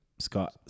Scott